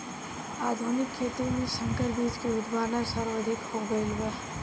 आधुनिक खेती में संकर बीज के उत्पादन सर्वाधिक हो गईल बा